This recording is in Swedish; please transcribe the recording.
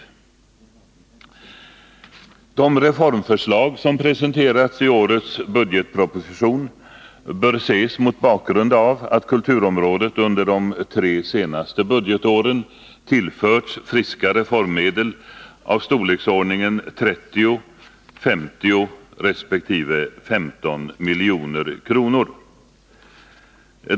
De reformförslag som har presenterats i årets budgetproposition bör ses mot bakgrund av att kulturområdet under de tre senaste budgetåren har tillförts friska reformmedel i storleksordningen 30, 50 resp. 15 milj.kr.